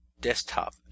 desktop